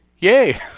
yay!